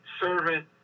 servant